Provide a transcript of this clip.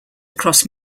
across